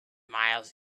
miles